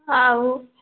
ଆଉ